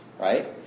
Right